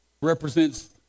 represents